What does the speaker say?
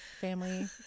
family